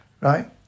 Right